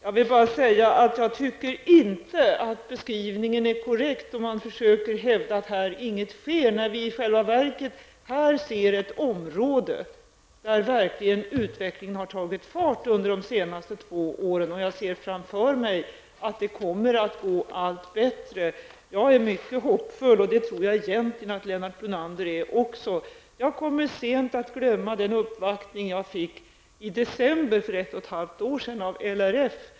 Herr talman! Jag tycker inte att beskrivningen är korrekt om man försöker hävda, att här är inget fel när vi själva verket ser områden där utvecklingen verkligen har tagit fart under de senaste två åren. Jag ser framför mig att det kommer att gå allt bättre. Jag är mycket hoppfull. Det tror jag egentligen att Lennart Brunander också är. Jag kommer sent att glömma den uppvaktning jag fick i december för ett och ett halvt år sedan av LRF.